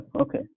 okay